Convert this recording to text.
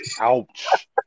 ouch